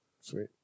Sweet